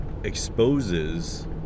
exposes